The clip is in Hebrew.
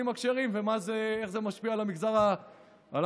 הכשרים ואיך זה משפיע על המגזר הערבי,